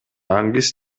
англис